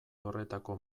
horretako